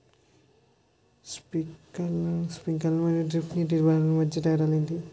Sprinkler మరియు drip నీటిపారుదల మధ్య తేడాలు ఏంటి?